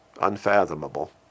unfathomable